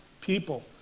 people